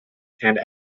and